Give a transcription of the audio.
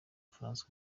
francois